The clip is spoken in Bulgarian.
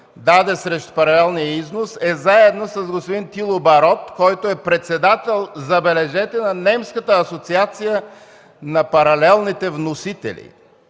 даде за паралелния износ, е заедно с господин Тило Барот, който е председател, забележете, на немската асоциация на паралелните вносители,